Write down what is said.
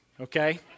okay